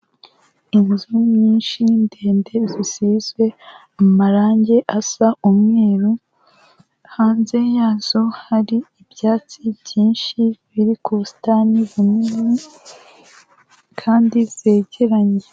Inzu nyinshi ndende zisizwe amarange asa umweru, hanze yazo hari ibyatsi byinshi biri ku busitani bunini kandi zegeranye.